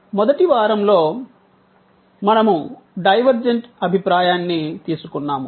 మొదటి వారంలో మనము డైవర్జెంట్ అభిప్రాయాన్ని తీసుకున్నాము